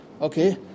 okay